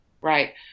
Right